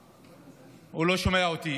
הוא לא שומע אותי.